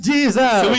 Jesus